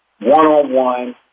one-on-one